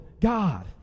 God